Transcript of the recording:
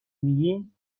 میگیم